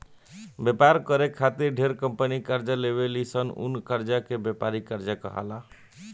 व्यापार करे खातिर ढेरे कंपनी कर्जा लेवे ली सन उ कर्जा के व्यापारिक कर्जा कहाला